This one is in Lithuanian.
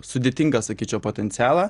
sudėtingą sakyčiau potencialą